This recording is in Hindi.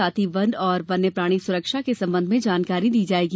साथ ही वन और वन्य प्राणी सुरक्षा के संबंध में जानकारी दी जायेगी